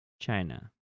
China